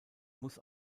muss